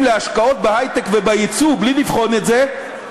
להשקעות בהיי-טק וביצוא בלי לבחון את זה,